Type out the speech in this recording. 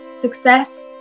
success